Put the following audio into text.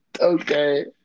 Okay